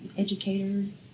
educators,